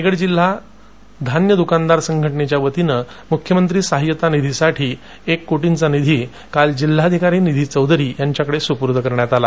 रायगड जिल्हा धान्य दुकानदार संघटनेच्यावतीने मुख्यमंत्री सहाय्यता निधीसाठी एक कोटींचा निधी आज जिल्हाधिकारी निधी चौधरी यांच्याकडे सुपूर्द करण्यात आला